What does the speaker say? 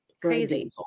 Crazy